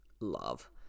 love